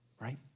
right